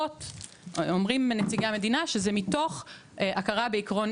אומרים נציגי המדינה שזה מתוך הכרה בעיקרון